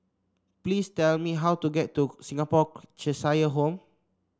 please tell me how to get to Singapore Cheshire Home